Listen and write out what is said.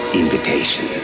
invitation